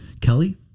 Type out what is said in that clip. Kelly